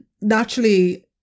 naturally